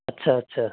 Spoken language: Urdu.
اچھا اچھا